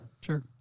sure